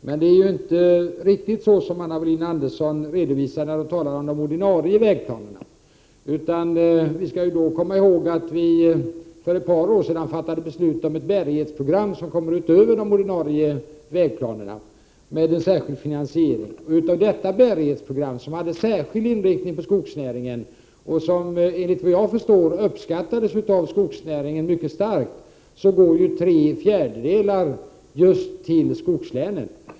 Men det är ju inte riktigt så som Anna Wohlin-Andersson redovisade, när hon talade om de ordinarie vägplanerna, utan vi skall komma ihåg att för ett par år sedan fattade riksdagen beslut om ett bärighetsprogram som går utöver de ordinarie vägplanerna, med en särskild finansiering. Av anslagen i detta bärighetsprogram, som har speciell inriktning på skogsnäringen och som såvitt jag förstår i hög grad har uppskattats av skogsnäringen, går tre fjärdedelar just till skogslänen.